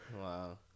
Wow